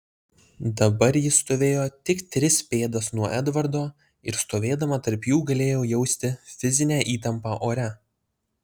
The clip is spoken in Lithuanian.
dabar jis stovėjo tik tris pėdas nuo edvardo ir stovėdama tarp jų galėjau jausti fizinę įtampą ore